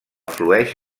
flueix